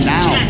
now